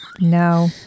No